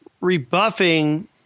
rebuffing